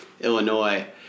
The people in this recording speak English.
Illinois